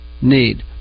need